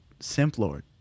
Simplord